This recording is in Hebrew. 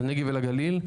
לנגב ולגליל,